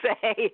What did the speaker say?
say